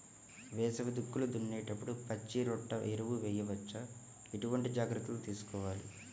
వేసవి దుక్కులు దున్నేప్పుడు పచ్చిరొట్ట ఎరువు వేయవచ్చా? ఎటువంటి జాగ్రత్తలు తీసుకోవాలి?